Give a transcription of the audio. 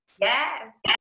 Yes